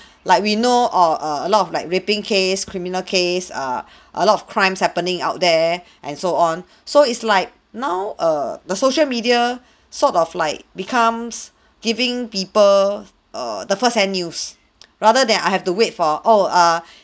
like we know or err a lot of like raping case criminal case err a lot of crimes happening out there and so on so it's like now err the social media sort of like becomes giving people err the first-hand news rather than I have to wait for oh uh